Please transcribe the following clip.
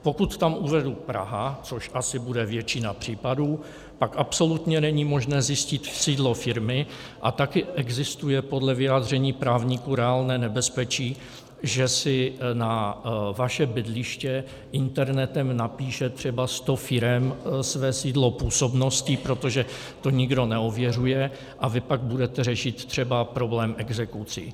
Pokud tam uvedu Praha, což asi bude většina případů, pak absolutně není možné zjistit sídlo firmy a také existuje podle vyjádření právníků reálné nebezpečí, že si na vaše bydliště internetem napíše třeba 100 firem své sídlo působnosti, protože to nikdo neověřuje, a vy pak budete řešit třeba problém exekucí.